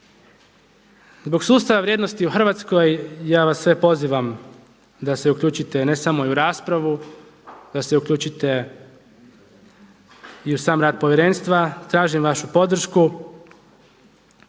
zbog sustava vrijednosti u Hrvatskoj, ja vas sve pozivam da se uključite ne samo i u raspravu, da se uključite i u sam rad povjerenstva, tražim vašu podršku.